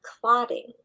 clotting